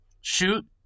shoot